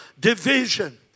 division